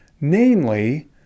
namely